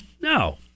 No